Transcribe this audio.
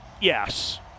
yes